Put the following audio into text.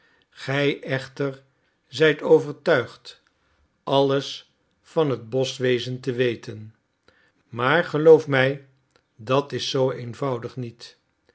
gij echter zijt overtuigd alles van het boschwezen te weten maar geloof mij dat is zoo eenvoudig niet